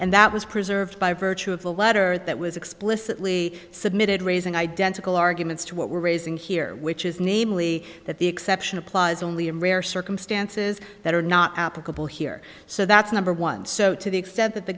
and that was preserved by virtue of the letter that was explicitly submitted raising identical arguments to what we're raising here which is namely that the exception applause only in rare circumstances that are not applicable here so that's number one so to the extent that the